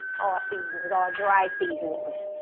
ah seasonings. all dry seasonings.